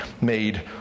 made